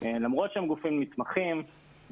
למרות שהם גופים נתמכים,